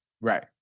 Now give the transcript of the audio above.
Right